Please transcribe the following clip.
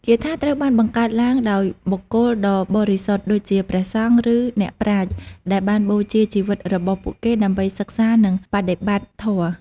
គាថាត្រូវបានបង្កើតឡើងដោយបុគ្គលដ៏បរិសុទ្ធដូចជាព្រះសង្ឃ ឬអ្នកប្រាជ្ញ ដែលបានបូជាជីវិតរបស់ពួកគេដើម្បីសិក្សានិងបដិបត្តិធម៌។